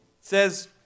says